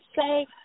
say